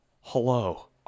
hello